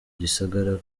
gisagara